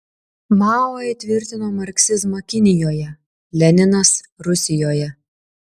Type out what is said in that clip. mao įtvirtino marksizmą kinijoje leninas rusijoje